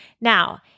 Now